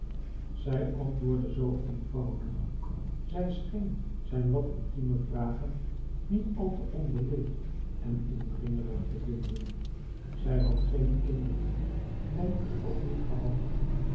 zij antwoordde zoo eenvoudig zij scheen zijn wat intietne vragen niet al te onbeleefd en indringerig te vinden zij had geen kinderen denkelijk ook niet gehad